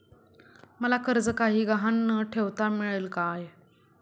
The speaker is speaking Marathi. मला कर्ज काही गहाण न ठेवता मिळेल काय?